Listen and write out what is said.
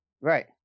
Right